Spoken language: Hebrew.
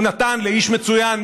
הוא נתן לאיש מצוין,